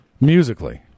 musically